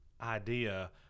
idea